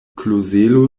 klozelo